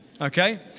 okay